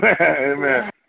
Amen